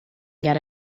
get